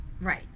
Right